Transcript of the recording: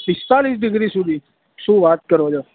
પિસ્તાલીસ ડીગ્રી સુધી શું વાત કરો છો